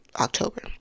October